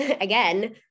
again